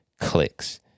clicks